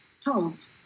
told